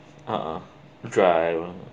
(uh huh) driver